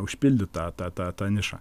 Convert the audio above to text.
užpildyt tą tą tą tą nišą